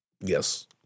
Yes